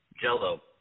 Jello